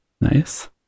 Nice